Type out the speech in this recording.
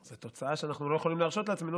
זו תוצאה שאנחנו לא יכולים להרשות לעצמנו,